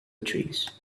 trees